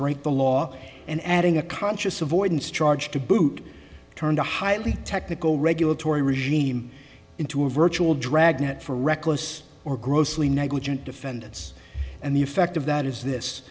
break the law and adding a conscious avoidance charge to boot turned a highly technical regulatory regime into a virtual dragnet for reckless or grossly negligent defendants and the effect of that is this